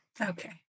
Okay